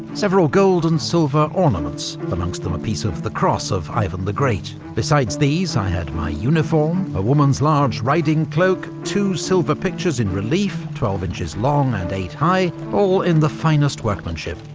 several gold and silver ornaments, amongst them a piece of the cross of ivan the great. besides these i had my uniform, a woman's large riding-cloak, two silver pictures in relief, twelve inches long and eight high, all in the finest workmanship.